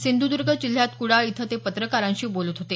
सिंधुदर्ग जिल्ह्यात कुडाळ इथं ते पत्रकारांशी बोलत होते